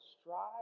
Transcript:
strive